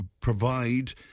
provide